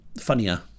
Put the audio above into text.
funnier